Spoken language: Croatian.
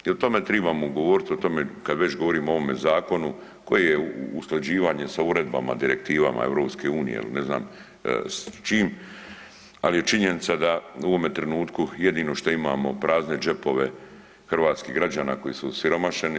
I o tome tribamo govoriti o tome kad već govorimo o ovome zakonu koji je usklađivanje sa uredbama direktivama EU jel ne znam s čim, ali je činjenica da u ovome trenutku jedino šta imamo prazne džepove hrvatskih građana koji su osiromašeni.